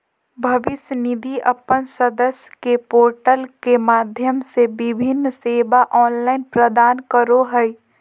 भविष्य निधि अपन सदस्य के पोर्टल के माध्यम से विभिन्न सेवा ऑनलाइन प्रदान करो हइ